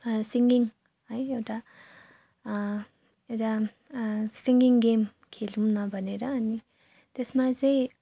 singing है एउटा एउटा सिङ्गिङ गेम खेलौँ न भनेर अनि त्यसमा चाहिँ